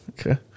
Okay